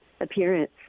appearance